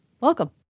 Welcome